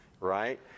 right